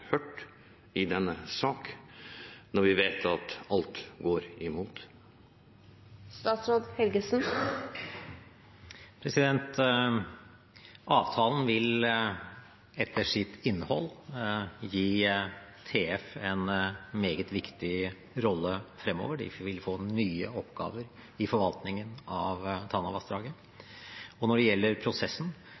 hørt i denne saken, når vi vet at alle går imot? Avtalen vil etter sitt innhold gi TF en meget viktig rolle fremover. De vil få nye oppgaver i forvaltningen av Tanavassdraget. Når det gjelder prosessen,